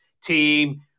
team